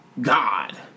God